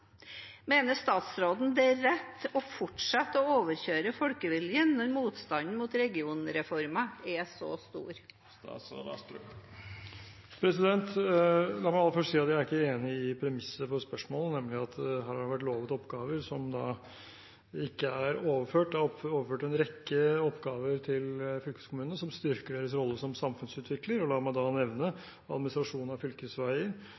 statsråden det er rett å halde fram med å overkøyre folkeviljen når motstanden mot regionreforma er så stor?» La meg aller først si at jeg er ikke enig i premisset for spørsmålet, nemlig at det her har vært lovet oppgaver som ikke er overført. Det er overført en rekke oppgaver til fylkeskommunene som styrker deres rolle som samfunnsutvikler. La meg nevne: administrasjon av fylkesveier,